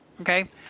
Okay